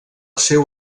seu